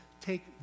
take